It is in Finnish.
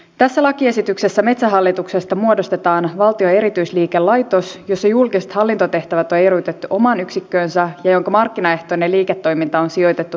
tässä lakiesityksessä metsähallituksesta muodostetaan valtion erityisliikelaitos jossa julkiset hallintotehtävät on erotettu omaan yksikköönsä ja jonka markkinaehtoinen liiketoiminta on sijoitettu tytäryhtiöihin